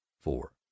four